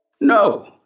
No